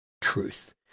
truth